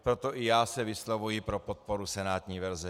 Proto i já se vyslovuji pro podporu senátní verze.